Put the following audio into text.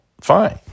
fine